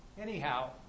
Anyhow